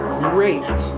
great